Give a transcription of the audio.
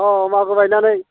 अह मागो बायनानै